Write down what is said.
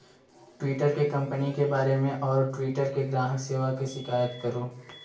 Twitter के company के बारे में और ट्वीटर के ग्राहक सेवा के शिकायत करो